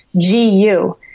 GU